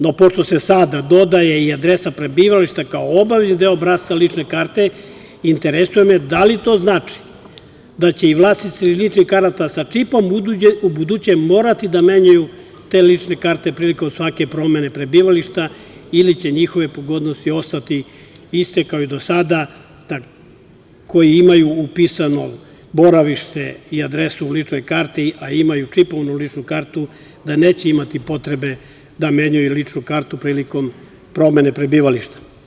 No, pošto se sada dodaje i adresa prebivališta kao obavezni deo obrasca lične karte, interesuje me da li to znači da će i vlasnici ličnih karata sa čipom ubuduće morati da menjaju te lične karte prilikom svake promene prebivališta ili će njihove pogodnosti ostati iste kao i do sada, koji imaju upisano boravište i adresu u ličnoj karti, a imaju čipovanu ličnu kartu, da neće imati potrebe da menjaju ličnu prilikom promene prebivališta.